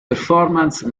performance